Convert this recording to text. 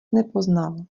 nepoznal